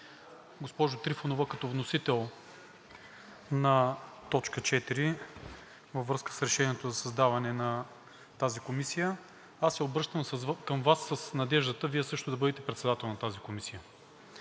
Госпожо Трифонова, като вносител на точка четири във връзка с Решението за създаване на тази комисия аз се обръщам към Вас с надеждата Вие също да бъдете председател на тази комисия,